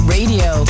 Radio